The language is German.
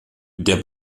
der